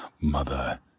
Mother